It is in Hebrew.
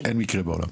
אין מקרה בעולם.